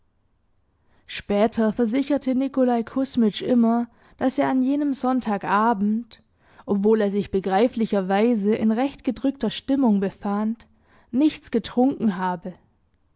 später versicherte nikolaj kusmitsch immer daß er an jenem sonntag abend obwohl er sich begreiflicherweise in recht gedrückter stimmung befand nichts getrunken habe